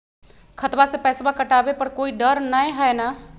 खतबा से पैसबा कटाबे पर कोइ डर नय हय ना?